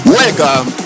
welcome